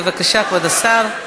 בבקשה, כבוד השר.